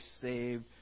saved